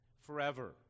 forever